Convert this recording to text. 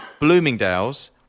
Bloomingdales